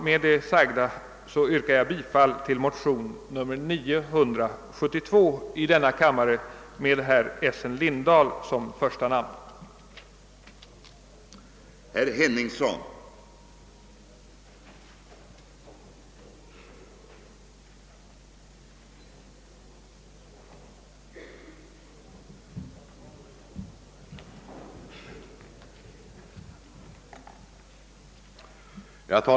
Met det sagda skulle jag ha velat yrka bifall till motionen nr 972 i denna kammare med herr Lindahl som första namn men är förhindrad därtill av formella skäl, då förslag till lagtext saknas i motionen.